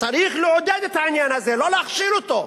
צריך לעודד את העניין הזה, לא להכשיל אותו,